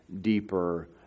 deeper